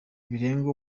biranga